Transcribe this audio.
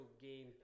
game